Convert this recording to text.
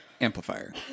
amplifier